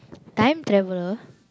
time traveller